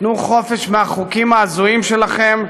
תנו חופש מהחוקים ההזויים שלכם,